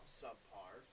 subpar